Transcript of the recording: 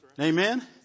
Amen